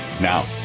Now